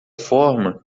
forma